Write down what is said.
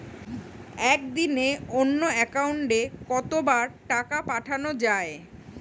একদিনে অন্য একাউন্টে কত বার টাকা পাঠানো য়ায়?